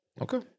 Okay